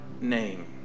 name